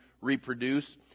reproduce